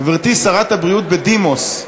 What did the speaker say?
גברתי שרת הבריאות בדימוס,